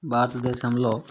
భారతదేశంలో